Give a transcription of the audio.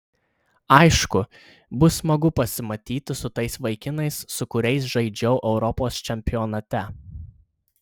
aišku bus smagu pasimatyti su tais vaikinais su kuriais žaidžiau europos čempionate